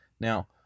Now